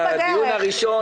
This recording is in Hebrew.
אגב,